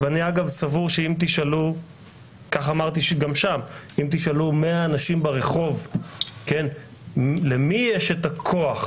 ואני אגב סבור שאם תשאלו 100 אנשים ברחוב למי יש את הכוח,